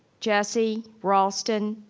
jessie, raulston,